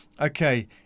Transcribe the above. okay